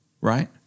right